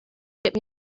get